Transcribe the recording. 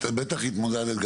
את בטח התמודדת,